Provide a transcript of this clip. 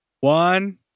one